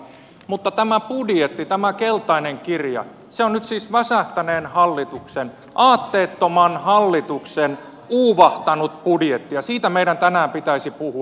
mutta tämä budjetti tämä keltainen kirja on nyt siis väsähtäneen hallituksen aatteettoman hallituksen uuvahtanut budjetti ja siitä meidän tänään pitäisi puhua